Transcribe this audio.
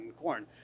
corn